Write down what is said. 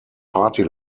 party